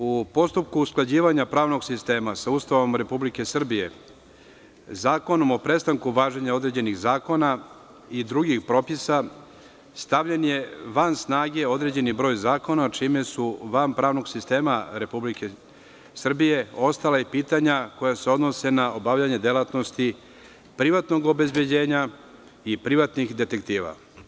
U postupku usklađivanja pravnog sistema sa Ustavom Republike Srbije, Zakonom o prestanku važenja određenih zakona i drugih propisa, stavljen je van snage određeni broj zakona čime su van pravnog sistema Republike Srbije ostala i pitanja koja se odnose na obavljanje delatnosti privatnog obezbeđenja i privatnih detektiva.